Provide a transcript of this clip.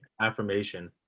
affirmation